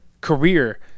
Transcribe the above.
career